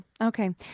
Okay